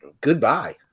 goodbye